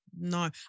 No